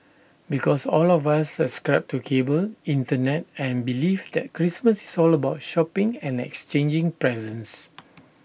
because all of us subscribe to cable Internet and belief that Christmas is all about shopping and exchanging presents